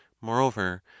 moreover